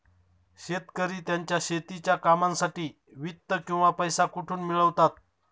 शेतकरी त्यांच्या शेतीच्या कामांसाठी वित्त किंवा पैसा कुठून मिळवतात?